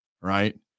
right